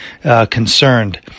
concerned